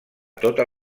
totes